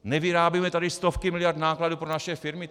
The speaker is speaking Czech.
Nevyrábíme tady stovky miliard nákladů pro naše firmy?